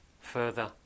Further